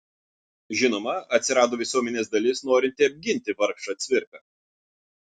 žinoma atsirado visuomenės dalis norinti apginti vargšą cvirką